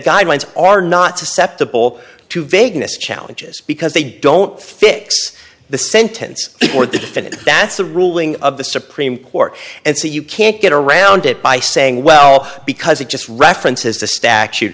guidelines are not susceptible to vagueness challenges because they don't fix the sentence or the definitive that's the ruling of the supreme court and say you can't get around it by saying well because it just references the statu